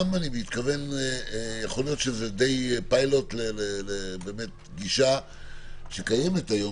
יכול להיות שזה פיילוט לגישה שקיימת היום